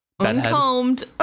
uncombed